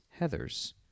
Heathers